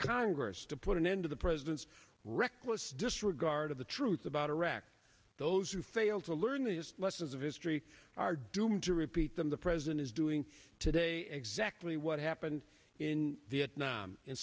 congress to put an end to the president's reckless disregard of the truth about iraq those who fail to learn the lessons of history are doomed to repeat them the president is doing today exactly what happened in vietnam